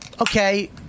okay